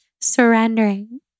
surrendering